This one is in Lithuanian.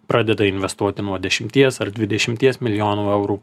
pradeda investuoti nuo dešimties ar dvidešimties milijonų eurų